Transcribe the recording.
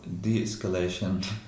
de-escalation